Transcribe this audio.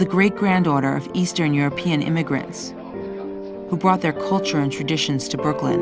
the great granddaughter of eastern european immigrants who brought their culture and traditions to brooklyn